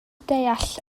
deall